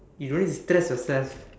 you don't need to stress yourself